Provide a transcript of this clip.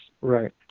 right